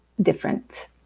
different